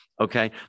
Okay